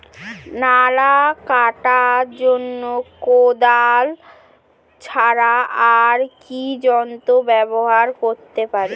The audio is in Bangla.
নালা কাটার জন্য কোদাল ছাড়া আর কি যন্ত্র ব্যবহার করতে পারি?